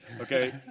okay